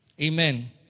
Amen